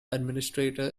administrator